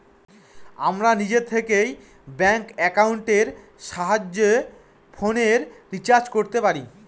আমরা নিজে থেকে ব্যাঙ্ক একাউন্টের সাহায্যে ফোনের রিচার্জ করতে পারি